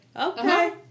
okay